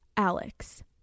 Alex